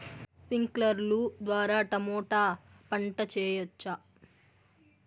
స్ప్రింక్లర్లు ద్వారా టమోటా పంట చేయవచ్చా?